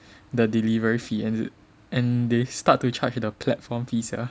the delivery fee and they start to charge the platform fee sia